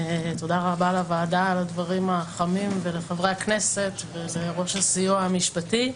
תודה רבה לוועדה על הדברים החמים ולחברי הכנסת ולראש הסיוע המשפטי.